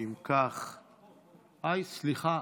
סליחה,